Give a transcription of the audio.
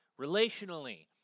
relationally